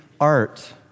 art